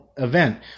event